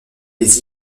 des